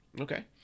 Okay